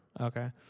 Okay